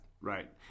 Right